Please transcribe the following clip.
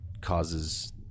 causes